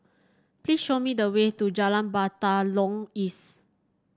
please show me the way to Jalan Batalong East